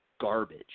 garbage